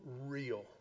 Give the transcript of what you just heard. real